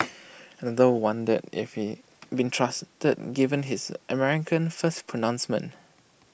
another wondered if he be trusted given his America First pronouncements